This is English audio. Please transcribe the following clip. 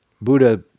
Buddha